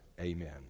Amen